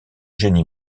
génie